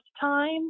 time